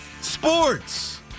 sports